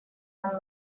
нам